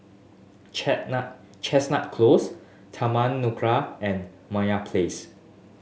Chestnut Close Taman Nakhola and Meyer Place